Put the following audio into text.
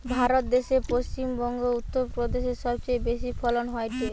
ভারত দ্যাশে পশ্চিম বংগো, উত্তর প্রদেশে সবচেয়ে বেশি ফলন হয়টে